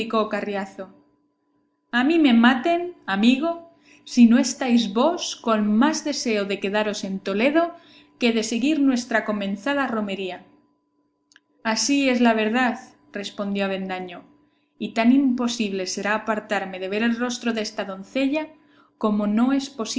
carriazo a mí me maten amigo si no estáis vos con más deseo de quedaros en toledo que de seguir nuestra comenzada romería así es la verdad respondió avendaño y tan imposible será apartarme de ver el rostro desta doncella como no es